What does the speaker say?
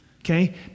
Okay